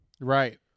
Right